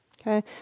okay